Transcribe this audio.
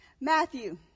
Matthew